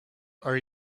are